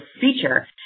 feature